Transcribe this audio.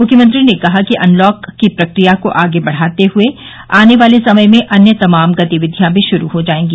मुख्यमंत्री ने कहा कि अनलॉक की प्रकिया को आगे बढ़ाते हुए आने वाले समय में अन्य तमाम गतिविधियां भी श्रू हो जायेंगी